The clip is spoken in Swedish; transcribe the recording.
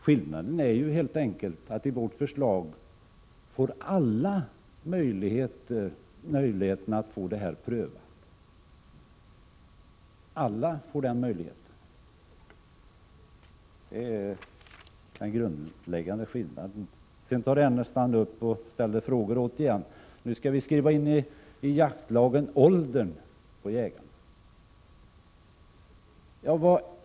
Skillnaden är ju helt enkelt att i vårt förslag får alla möjligheten att få en licens prövad. Det är den grundläggande skillnaden. Ernestam ställer återigen samma typ av frågor. Nu skall vi i jaktlagen skriva in åldern på jägarna.